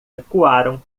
ecoaram